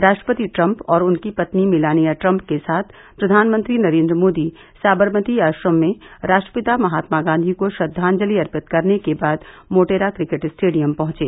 राष्ट्रपति ट्रम्प और उनकी पत्नी मेलानिया ट्रम्प के साथ प्रधानमंत्री नरेन्द्र मोदी साबरमती आश्रम में राष्ट्रपिता महात्मा गांधी को श्रद्वांजलि अर्पित करने के बाद मोटेरा क्रिकेट स्टेडियम पहंचे